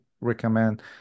recommend